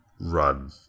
run